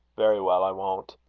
very well, i won't.